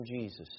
Jesus